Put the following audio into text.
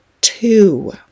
two